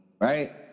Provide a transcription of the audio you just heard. right